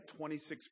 26